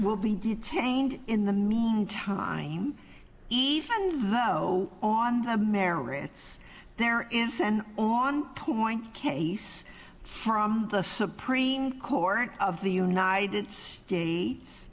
will be detained in the meantime tai even know on the merits there is an on going case from the supreme court of the united states